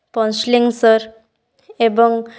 ପଞ୍ଚଲିଙ୍ଗେଶ୍ୱର ଏବଂ